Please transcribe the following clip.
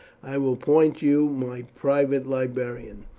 i will appoint you my private librarian.